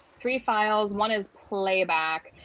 three files one is playback.